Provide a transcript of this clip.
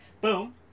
Boom